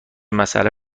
مساله